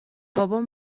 بابام